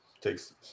takes